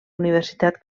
universitat